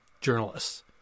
journalists